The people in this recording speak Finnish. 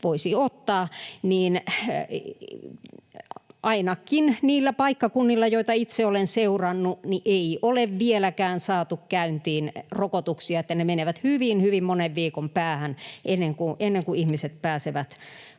voisi ottaa — ainakaan niillä paikkakunnilla, joita itse olen seurannut, ei ole vieläkään saatu käyntiin, niin että ne menevät hyvin, hyvin monen viikon päähän ennen kuin ihmiset pääsevät